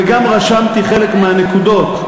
וגם רשמתי חלק מהנקודות,